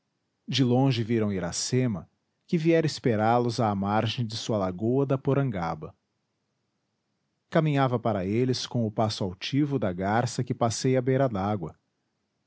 de longe viram iracema que viera esperá los à margem de sua lagoa da porangaba caminhava para eles com o passo altivo da garça que passeia à beira dágua